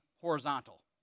horizontal